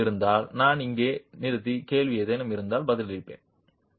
ஏதேனும் இருந்தால் நான் இங்கே நிறுத்தி கேள்விகள் ஏதேனும் இருந்தால் பதிலளிப்பேன்